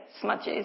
smudges